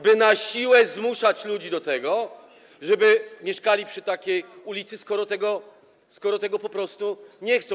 by na siłę zmuszać ludzi do tego, żeby mieszkali przy takiej ulicy, skoro tego po prostu nie chcą.